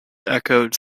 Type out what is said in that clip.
echoed